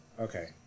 Okay